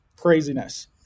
Craziness